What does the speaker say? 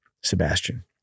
Sebastian